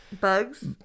bugs